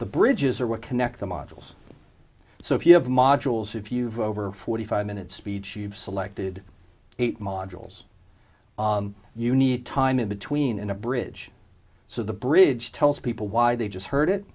the bridges or what connect the models so if you have modules if you've ever forty five minute speech you've selected eight modules you need time in between and a bridge so the bridge tells people why they just heard it